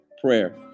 prayer